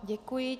Děkuji.